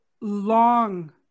long